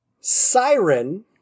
Siren